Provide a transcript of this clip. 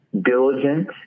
diligent